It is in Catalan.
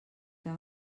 que